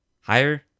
higher